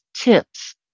tips